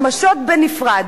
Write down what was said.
שמשות בנפרד,